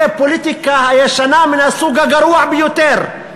זה פוליטיקה ישנה מן הסוג הגרוע ביותר.